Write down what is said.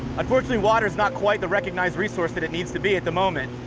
unfortunately, water's not quite the recognized resource that it needs to be at the moment,